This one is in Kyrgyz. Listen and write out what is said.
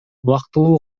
убактылуу